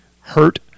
hurt